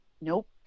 Nope